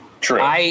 True